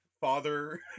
father